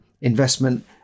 investment